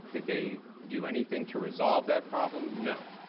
did they do anything to resolve that problem? no.